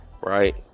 Right